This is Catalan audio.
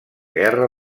guerra